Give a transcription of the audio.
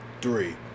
three